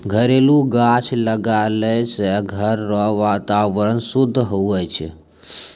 घरेलू गाछ लगैलो से घर रो वातावरण शुद्ध हुवै छै